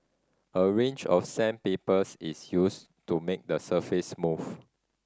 a range of sandpapers is used to make the surface smooth